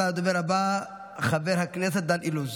עתה הדובר הבא, חבר הכנסת דן אילוז,